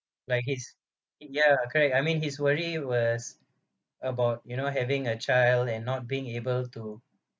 like his ya correct I mean his worry was about you know having a child and not being able to